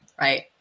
right